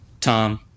Tom